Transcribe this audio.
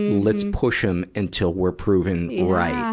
let's push him until we're proven right.